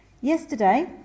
Yesterday